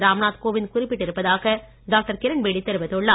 ராம்நாத் கோவிந்த் குறிப்பிட்டு இருப்பதாக டாக்டர் கிரண்பேடி தெரிவித்துள்ளார்